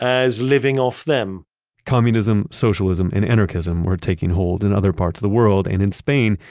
as living off them communism, socialism, and anarchism were taking hold in other parts of the world and in spain,